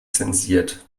zensiert